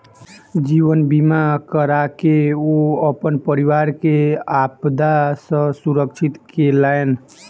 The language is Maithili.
जीवन बीमा कराके ओ अपन परिवार के आपदा सॅ सुरक्षित केलैन